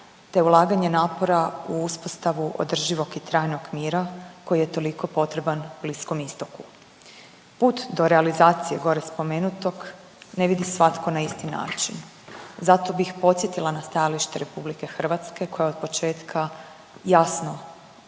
te ulaganje napora u uspostavu održivog i trajnog mira koji je toliko potreban Bliskom istoku. Put do realizacije gore spomenutog ne vidi svatko na isti način, zato bih podsjetila na stajalište Republike Hrvatske koje je od početka jasno